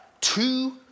two